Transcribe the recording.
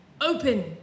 Open